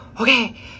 okay